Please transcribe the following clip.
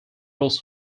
rules